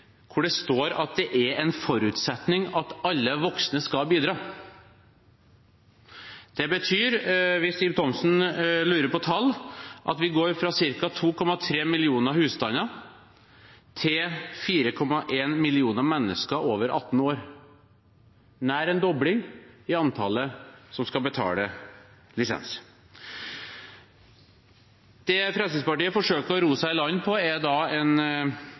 det er en forutsetning at alle voksne skal bidra. Det betyr, hvis Ib Thomsen lurer på tall, at vi går fra ca. 2,3 millioner husstander til 4,1 millioner mennesker over 18 år – nær en dobling i antallet som skal betale lisens. Det Fremskrittspartiet forsøkte å ro seg i land på, er en passus om at modellen skal holdes opp mot en